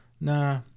nah